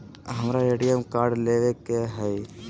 हमारा ATM card लेव के हई